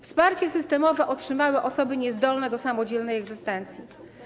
Wsparcie systemowe otrzymały osoby niezdolne do samodzielnej egzystencji.